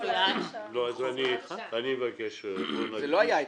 אני מבקש --- זה לא היה אתמול.